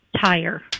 tire